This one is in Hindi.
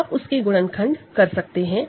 आप उसके फैक्टर कर सकते हैं